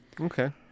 Okay